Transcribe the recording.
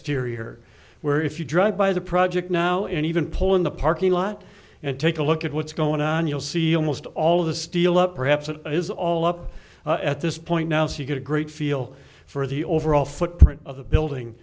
exteriors where if you drive by the project now and even pull in the parking lot and take a look at what's going on you'll see almost all of the steel up perhaps it is all up at this point now so you get a great feel for the overall footprint of the building